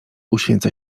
uświęca